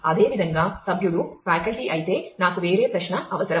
అదేవిధంగా సభ్యుడు ఫ్యాకల్టీ అయితే నాకు వేరే ప్రశ్న అవసరం